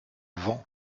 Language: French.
vent